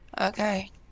okay